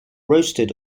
roasted